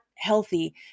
healthy